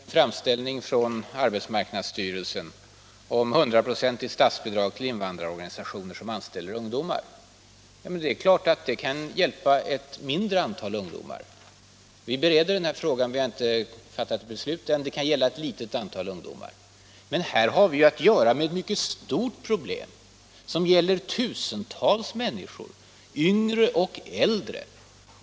Herr talman! Jag nämnde en hel rad åtgärder som vi vidtar för att öka sysselsättningen bland ungdomar och bland invandrarungdomar. För mycket kort tid sedan — jag tror det var en vecka sedan — fick vi en framställning från arbetsmarknadsstyrelsen om hundraprocentigt statsbidrag till invandrarorganisationer som anställer ungdomar. Det är klart att det kan hjälpa ett mindre antal ungdomar. Vi bereder den här frågan, och vi har ännu inte fattat något beslut. Men här har vi ju att göra med ett mycket stort problem, som gäller tusentals människor — yngre och äldre.